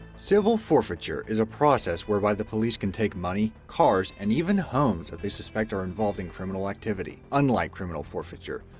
civil forfeiture is a process whereby the police can take money, cars, and even homes that they suspect are involved in criminal activity. unlike criminal forfeiture,